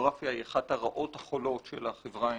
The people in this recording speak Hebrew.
שפורנוגרפיה היא אחת הרעות החולות של החברה האנושית,